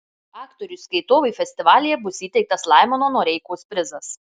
aktoriui skaitovui festivalyje bus įteiktas laimono noreikos prizas